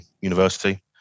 university